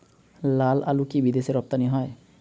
লালআলু কি বিদেশে রপ্তানি হয়?